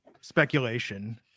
speculation